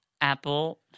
Apple